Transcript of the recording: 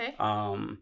Okay